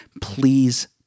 Please